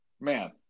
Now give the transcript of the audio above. man